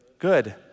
Good